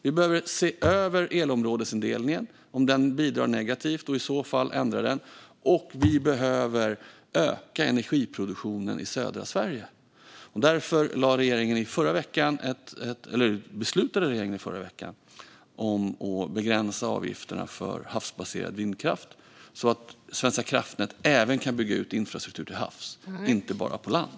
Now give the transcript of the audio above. Vi behöver se över elområdesindelningen, och om den bidrar negativt i så fall ändra den. Vi behöver öka energiproduktionen i södra Sverige. Därför beslutade regeringen i förra veckan att begränsa avgifterna för havsbaserad vindkraft så att Svenska kraftnät även kan bygga ut infrastruktur till havs och inte bara på land.